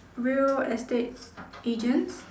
real estate agents